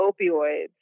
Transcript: opioids